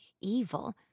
evil